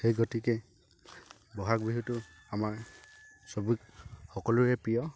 সেই গতিকে বহাগ বিহুটো আমাৰ সকলোৰে প্ৰিয়